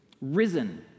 risen